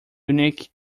unique